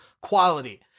quality